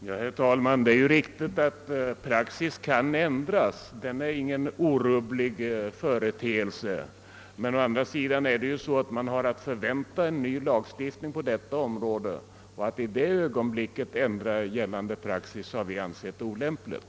Herr talman! Det är riktigt att praxis kan ändras; den är ingen orubblig företeelse. Å andra sidan har vi att vänta en ny lagstiftning på detta område, och att då ändra gällande praxis har vi ansett olämpligt.